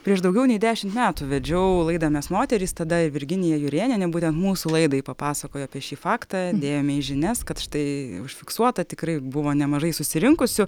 prieš daugiau nei dešim metų vedžiau laidą mes moterys tada virginija jurėnienė būtent mūsų laidai papasakojo apie šį faktą dėjome į žinias kad štai užfiksuota tikrai buvo nemažai susirinkusių